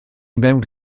mewn